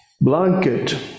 blanket